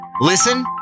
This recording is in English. Listen